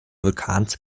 vulkans